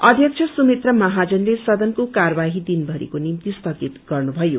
अध्यक्ष सुमित्रा महाजनले सदनको कार्यवाही दिनथरिको निम्ति स्थगित गर्नुभयो